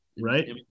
Right